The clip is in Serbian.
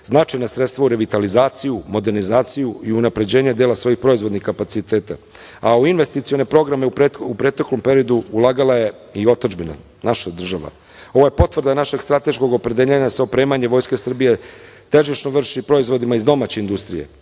značajna sredstva u revitalizaciju, modernizaciju i unapređenje dela svojih proizvodnih kapaciteta, a u investicione programe u proteklom periodu ulagala je i otadžbina, naša država. Ovo je potvrda našeg strateškog opredeljenja da se opremanje Vojske Srbije težišno vrši proizvodima iz domaće industrije. Tokom